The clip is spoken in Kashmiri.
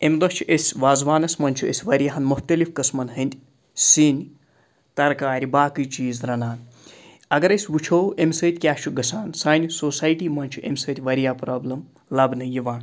أمۍ دۄہ چھِ أسۍ وازوانَس منٛز چھِ أسۍ واریاہَن مُختلِف قٕسمَن ہٕنٛدۍ سِنۍ تَرکارِ باقٕے چیٖز رَنان اگر أسۍ وٕچھو أمۍ سۭتۍ کیٛاہ چھُ گَژھان سانہِ سوسایٹی منٛز چھِ أمۍ سۭتۍ واریاہ پرٛابلِم لَبنہٕ یِوان